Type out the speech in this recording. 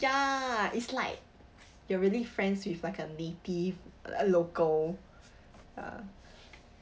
ya it's like you're really friends with like a native a local ya